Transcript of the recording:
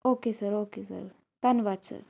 okay sir okay sir ਧੰਨਵਾਦ sir